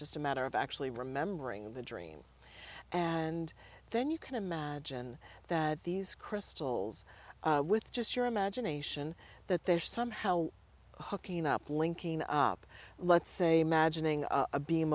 just a matter of actually remembering the dream and then you can imagine that these crystals with just your imagination that they're somehow hokkien up linking up let's say magic a beam